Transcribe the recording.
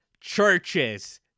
Churches